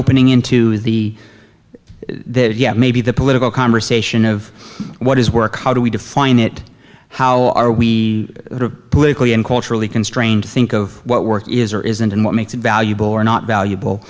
opening into the maybe the political conversation of what is work how do we define it how are we politically and culturally constrained think of what work is or isn't and what makes it valuable or not valuable